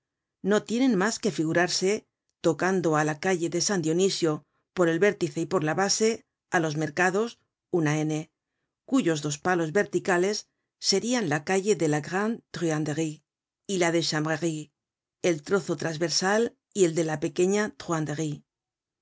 no tienen mas que figurarse tocando á la calle de san dionisio por el vértice y por la base á los mercados una n cuyos dos palos verticales serian la calle de la gran truanderie y la de chanvrerie el trozo trasversal y la de la pequeña